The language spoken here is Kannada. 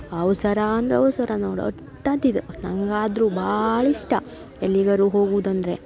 ಅವಸರ ಅಂದ್ರ ಅವಸರ ನೋಡಿ ಅಟ್ ಅಂತಿದ್ದು ನಂಗೆ ಆದರು ಭಾಳ ಇಷ್ಟ ಎಲ್ಲಿಗರು ಹೋಗುದಂದರೆ